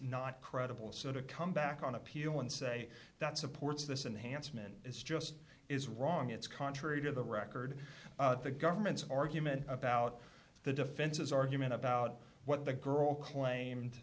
not credible so to come back on appeal and say that supports this enhanced man is just is wrong it's contrary to the record of the government's argument about the defense's argument about what the girl claimed